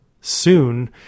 Soon